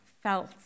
felt